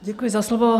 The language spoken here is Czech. Děkuji za slovo.